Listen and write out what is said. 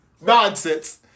nonsense